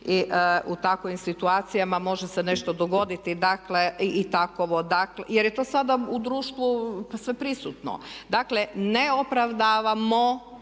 u takvim situacijama može se nešto dogoditi i dakle takovo jer je to sada u društvu sve prisutno. Dakle, ne opravdamo,